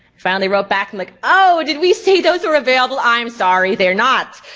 finally wrote back and like oh did we say those were available, i'm sorry, they're not.